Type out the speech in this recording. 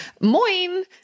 moin